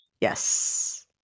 Yes